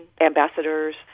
ambassadors